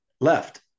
left